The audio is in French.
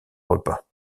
repas